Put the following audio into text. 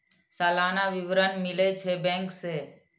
सलाना विवरण मिलै छै बैंक से?